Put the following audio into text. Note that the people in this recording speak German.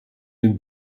den